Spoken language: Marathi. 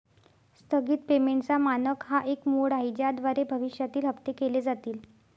स्थगित पेमेंटचा मानक हा एक मोड आहे ज्याद्वारे भविष्यातील हप्ते केले जातील